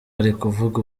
arikuvuga